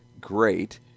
great